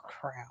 crap